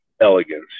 elegance